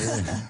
ספיר.